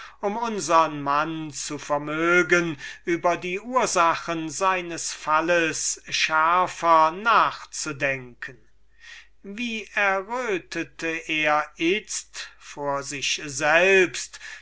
um unsern mann zu vermögen über die ursachen seines falles schärfer nachzudenken wie errötete er itzt vor sich selbst